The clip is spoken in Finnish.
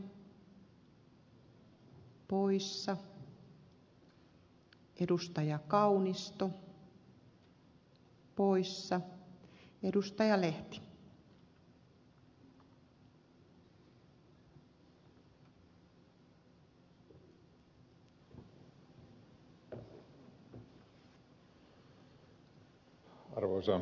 arvoisa puhemies